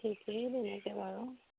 ঠিকেই তেনেকৈ বাৰু